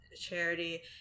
Charity